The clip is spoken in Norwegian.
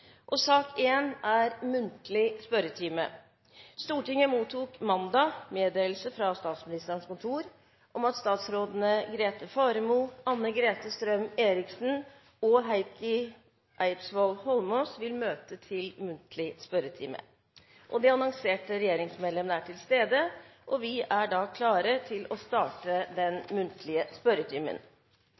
Stortinget mottok mandag meddelelse fra Statsministerens kontor om at statsrådene Grete Faremo, Anne-Grete Strøm-Erichsen og Heikki Eidsvoll Holmås vil møte til muntlig spørretime. De annonserte regjeringsmedlemmer er til stede, og vi er klare til å starte den muntlige spørretimen.